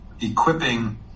equipping